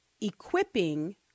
equipping